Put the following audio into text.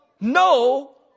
No